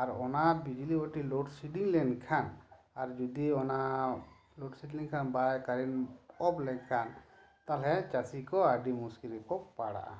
ᱟᱨ ᱚᱱᱟ ᱵᱤᱡᱽᱞᱤ ᱵᱟᱹᱛᱤ ᱞᱳᱰ ᱥᱮᱰᱤᱝ ᱞᱮᱱᱠᱷᱟᱱ ᱟᱨ ᱡᱩᱫᱤ ᱚᱱᱟ ᱞᱳᱰ ᱥᱮᱰᱤᱝ ᱞᱮᱱᱠᱷᱟᱱ ᱵᱟᱭ ᱠᱟᱨᱮᱱ ᱚᱯᱷ ᱞᱮᱱ ᱠᱷᱟᱱ ᱛᱟᱞᱦᱮ ᱪᱟᱥᱤ ᱠᱚ ᱟᱹᱰᱤ ᱢᱩᱥᱠᱤᱞ ᱨᱮᱠᱚ ᱯᱟᱲᱟᱜᱼᱟ